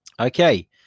Okay